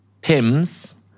pims